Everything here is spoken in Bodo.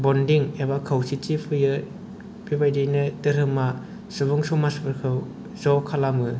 बन्डिं एबा खौसेथि फैयो बेबादिनो धोरोमा सुबुं समाजफोरखौ ज' खालामो